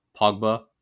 Pogba